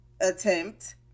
attempt